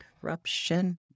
corruption